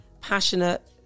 passionate